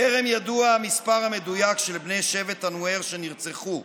טרם ידוע המספר המדויק של בני שבט הנואר שנרצחו,